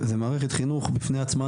זו מערכת חינוך בפני עצמה.